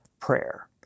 prayer